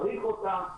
צריך אותה,